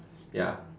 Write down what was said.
ya